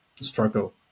struggle